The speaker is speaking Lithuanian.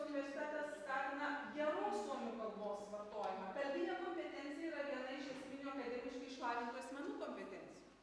universitetas skatina geros suomių kalbos vartojimą kalbinė kompetencija yra viena iš esminių akademiškai išlavintų asmenų kompetencija